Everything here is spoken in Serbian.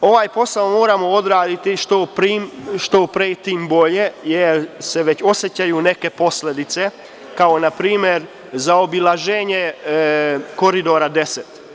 Ovaj posao moramo odraditi što pre, tim bolje, jer se već osećaju neke posledice, kao npr. zaobilaženje Koridora 10.